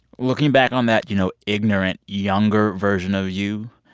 looking back on that, you know, ignorant, younger version of you,